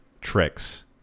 tricks